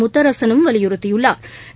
முத்தரசனும் வலியுறுத்தியுள்ளா்